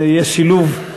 זה יהיה שילוב.